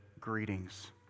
greetings